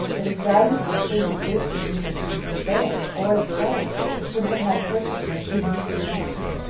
that as valuable a thing as this would either be for sale, or if sold would have had a purchaser, whom you could mention.